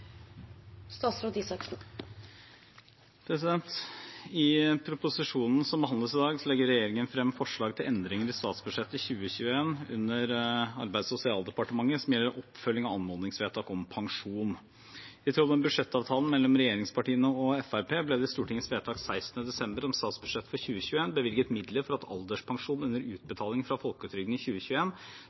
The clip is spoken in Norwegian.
I proposisjonen som behandles i dag, legger regjeringen frem forslag til endringer i statsbudsjettet 2021 under Arbeids- og sosialdepartementet som gjelder oppfølging av anmodningsvedtak om pensjon. I tråd med budsjettavtalen mellom regjeringspartiene og Fremskrittspartiet ble det i Stortingets vedtak 16. desember om statsbudsjettet for 2021 bevilget midler for at alderspensjon under utbetaling fra folketrygden i